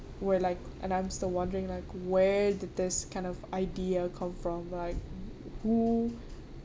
we're like and I'm still wondering like where did this kind of idea come from like who